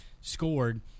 scored